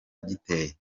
giteye